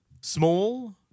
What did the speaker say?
small